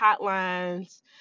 hotlines